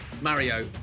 Mario